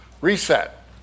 Reset